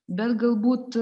bet galbūt